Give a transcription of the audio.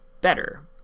better